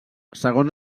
segons